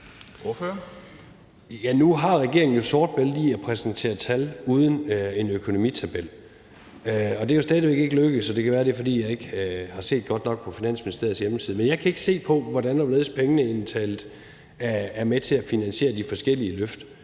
nu har regeringen jo det sorte bælte i at præsentere tal uden en økonomitabel. Det er stadig væk ikke lykkedes mig – og det kan være, det er, fordi jeg ikke har set godt nok på Finansministeriets hjemmeside – at se, hvordan pengene egentlig talt er med til at finansiere de forskellige løft.